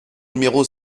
numéro